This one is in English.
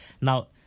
Now